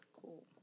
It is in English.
Cool